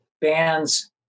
bands